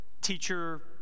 teacher